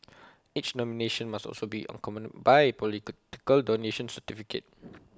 each nomination must also be accompanied by political donations certificate